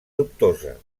dubtosa